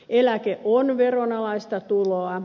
eläke on veronalaista tuloa